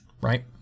right